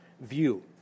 view